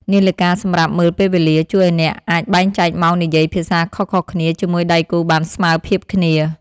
នាឡិកាសម្រាប់មើលពេលវេលា ជួយឱ្យអ្នកអាចបែងចែកម៉ោងនិយាយភាសាខុសៗគ្នាជាមួយដៃគូបានស្មើភាពគ្នា។